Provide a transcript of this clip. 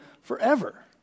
forever